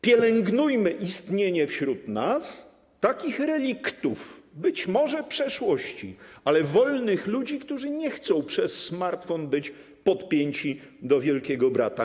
Pielęgnujmy istnienie wśród nas takich reliktów, być może przeszłości, ale wolnych ludzi, którzy nie chcą przez smartfon być podpięci do Wielkiego Brata.